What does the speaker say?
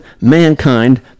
mankind